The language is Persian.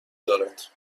دارد